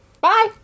Bye